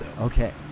Okay